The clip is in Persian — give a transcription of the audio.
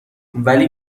ولی